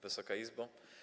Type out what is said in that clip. Wysoka Izbo!